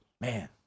Man